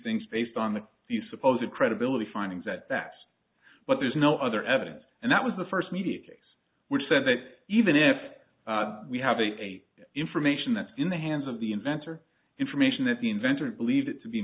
things based on the the supposed credibility findings that that's but there's no other evidence and that was the first media case which said that even if we have a information that's in the hands of the inventor information that the inventor believed it to be